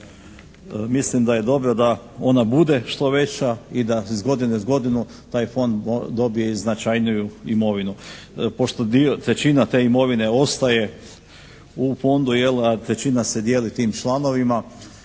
mislim da je dobro da ona bude što veća i da iz godine u godinu taj Fond dobije i značajniju imovinu. Pošto dio, trećina te imovine ostaje u Fondu jel, a trećina se dijeli tim članovima,